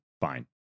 Fine